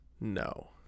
No